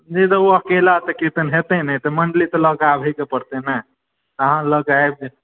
जी ओ अकेला तऽ कीर्तन हेतै नहि मण्डली तऽ लए के आबय के पड़ते ने अहाँ लेके आबि जेबै